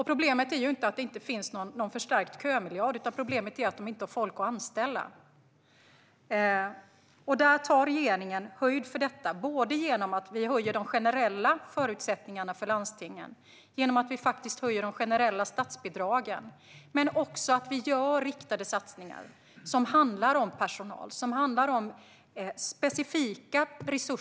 Problemet är inte att det inte finns någon förstärkt kömiljard - problemet är att man inte har folk att anställa. Regeringen tar höjd för detta, både genom att vi förbättrar de generella förutsättningarna för landstingen och genom att vi höjer de generella statsbidragen. Dessutom gör vi riktade satsningar som handlar om personal och som handlar om specifika resurser.